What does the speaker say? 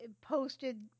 posted